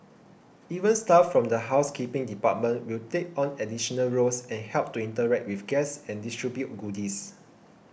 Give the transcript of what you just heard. even staff from the housekeeping department will take on additional roles and help to interact with guests and distribute goodies